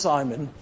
Simon